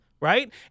Right